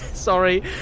Sorry